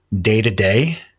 day-to-day